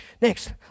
Next